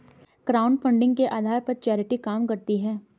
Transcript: crowdfunding के आधार पर चैरिटी काम करती है